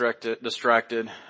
distracted